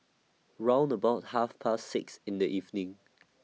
round about Half Past six in The evening